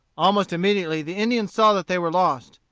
almost immediately the indians saw that they were lost.